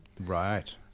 right